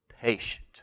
patient